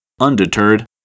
Undeterred